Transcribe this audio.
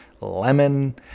lemon